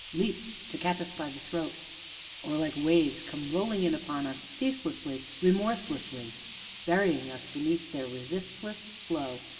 leap to catch us by the throat or, like waves, come rolling in upon us, ceaselessly, remorselessly burying us beneath their resistless flow,